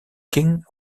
king